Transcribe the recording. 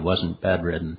wasn't bedridden